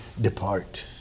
Depart